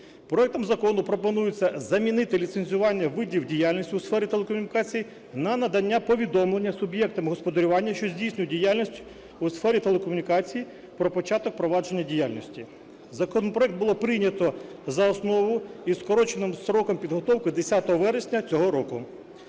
Проектом закону пропонується замінити ліцензування видів діяльності у сфері телекомунікацій на надання повідомлення суб'єктам господарювання, що здійснюють діяльність у сфері телекомунікацій, про початок провадження діяльності. Законопроект було прийнято за основу із скороченим строком підготовки – 10 вересня цього року.